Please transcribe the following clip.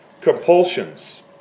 compulsions